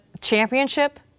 championship